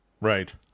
Right